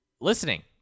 listening